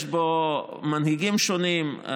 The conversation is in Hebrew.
ויש בו מנהיגים שונים.